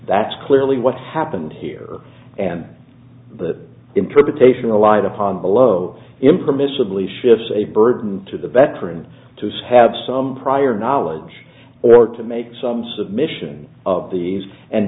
that's clearly what happened here and the interpretation relied upon below impermissibly shifts a burden to the bet for him to have some prior knowledge or to make some submission of these and